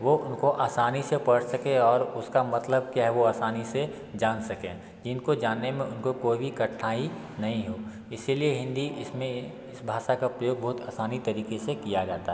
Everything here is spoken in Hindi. वो उनको आसानी से पढ़ सकें और उसका मतलब क्या है वो आसानी से जान सकें जिनको जानने में उनको भी कठिनाई नहीं होगी इसी लिए हिंदी इसमें इस भाषा का प्रयोग बहुत आसान तरीक़े से किया जाता